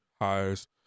hires